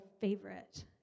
favorite